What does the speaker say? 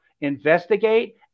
investigate